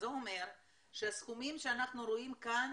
זה אומר שהסכומים שאנחנו רואים כאן